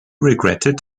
regretted